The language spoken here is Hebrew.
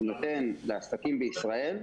נותן לעסקים בישראל,